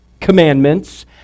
Commandments